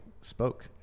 spoke